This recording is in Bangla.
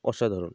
অসাধারণ